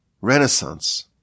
renaissance